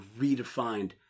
redefined